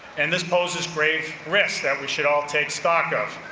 and this poses grave risk that we should all take stock of.